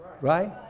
right